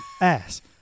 ass